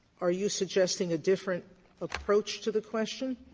are you suggesting a different approach to the question?